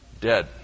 dead